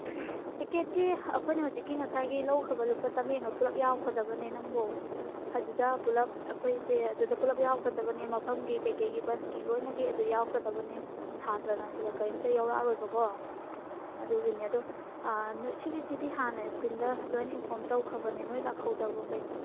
ꯇꯤꯀꯦꯠꯇꯤ ꯑꯩꯈꯣꯏꯅ ꯍꯧꯖꯤꯛꯀꯤ ꯉꯁꯥꯏꯒꯤ ꯂꯧꯈ꯭ꯔꯕ ꯂꯨꯄꯥ ꯆꯝꯃ꯭ꯔꯤ ꯌꯥꯡꯈꯩꯗꯨꯗ ꯄꯨꯂꯞ ꯌꯥꯎꯈ꯭ꯔꯗꯕꯅꯦ ꯅꯪꯕꯣ ꯑꯗꯨꯗ ꯄꯨꯂꯞ ꯑꯩꯈꯣꯏꯁꯦ ꯑꯗꯨꯗ ꯄꯨꯂꯞ ꯌꯥꯎꯈ꯭ꯔꯗꯕꯅꯦ ꯃꯐꯝꯒꯤ ꯀꯩꯀꯩꯒꯤ ꯕꯁꯀꯤ ꯂꯣꯏꯅꯒꯤ ꯑꯗ ꯌꯥꯎꯈ꯭ꯔꯗꯕꯅꯦ ꯁꯥꯇ꯭ꯔꯅ ꯁꯤꯗ ꯀꯩꯝꯇ ꯌꯥꯎꯔꯛꯑꯔꯣꯏꯕꯀꯣ ꯑꯗꯨꯒꯤꯅꯦ ꯑꯗꯣ ꯅꯣꯏ ꯁꯤꯒꯤꯁꯤꯗ ꯍꯥꯟꯅ ꯁ꯭ꯀꯨꯜꯗ ꯂꯣꯏꯅ ꯏꯟꯐꯣꯝ ꯇꯧꯈ꯭ꯔꯕꯅꯦ ꯅꯣꯏ ꯂꯥꯛꯍꯧꯗꯕ꯭ꯔꯣ ꯀꯩꯅꯣ